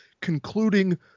concluding